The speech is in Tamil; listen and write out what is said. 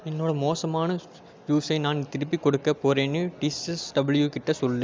என்னோடய மோசமான ஜூஸை நான் திருப்பி கொடுக்க போகிறேன்னு டிஸ்எஸ்டபுள்யூ கிட்ட சொல்லு